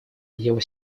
его